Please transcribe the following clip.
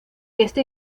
este